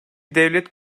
devlet